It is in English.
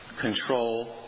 Control